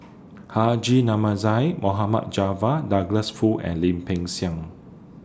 Haji Namazie Mohd Javad Douglas Foo and Lim Peng Siang